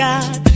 God